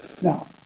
Now